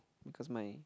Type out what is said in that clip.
because my